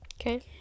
okay